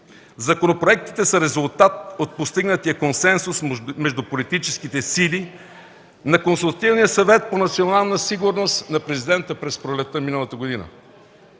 Законопроектите са резултат от постигнатия консенсус между политическите сили на Консултативния съвет по национална сигурност на Президента през пролетта на миналата година.